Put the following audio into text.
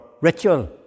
ritual